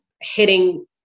hitting